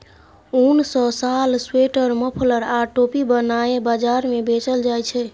उन सँ साल, स्वेटर, मफलर आ टोपी बनाए बजार मे बेचल जाइ छै